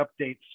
updates